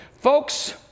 Folks